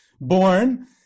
born